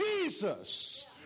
Jesus